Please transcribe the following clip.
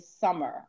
summer